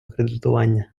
кредитування